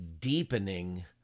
deepening